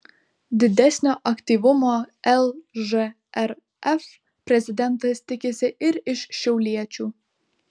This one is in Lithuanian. didesnio aktyvumo lžrf prezidentas tikisi ir iš šiauliečių